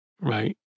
right